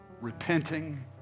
repenting